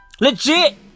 Legit